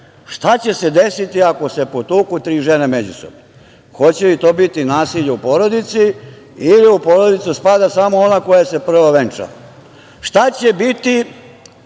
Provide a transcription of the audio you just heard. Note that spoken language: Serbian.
šta će se desiti ako se potuku tri žene međusobno? Hoće li to biti nasilje u porodici ili u porodicu spada samo ona koja se prva venča? Šta će biti